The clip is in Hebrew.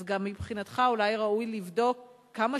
אז גם מבחינתך אולי ראוי לבדוק כמה